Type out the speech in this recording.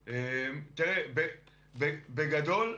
בגדול,